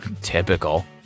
Typical